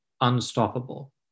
unstoppable